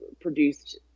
produced